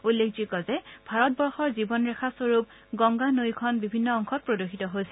উল্লেখযোগ্য যে ভাৰত বৰ্ষৰ জীৱন ৰেখা স্বৰূপ গংগা নৈখন বিভিন্ন অংশত প্ৰদূষিত হৈছে